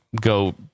go